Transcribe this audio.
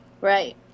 right